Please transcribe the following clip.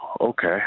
okay